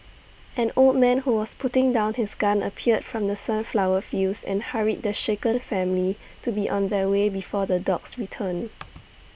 an old man who was putting down his gun appeared from the sunflower fields and hurried the shaken family to be on their way before the dogs return